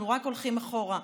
אנחנו רק הולכים אחורה,